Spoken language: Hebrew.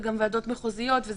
זה גם ועדות מחוזיות.